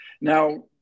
Now